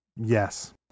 Yes